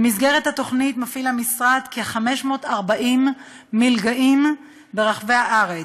שבמסגרתה המשרד מפעיל כ-540 מלגאים ברחבי הארץ,